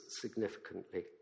significantly